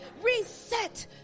reset